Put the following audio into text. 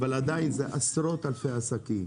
עדיין זה עשרות אלפי עסקים.